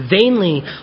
vainly